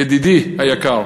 ידידי היקר,